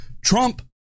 Trump